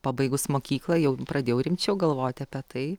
pabaigus mokyklą jau pradėjau rimčiau galvoti apie tai